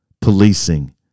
policing